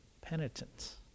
penitence